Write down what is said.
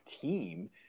team